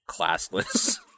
classless